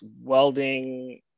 welding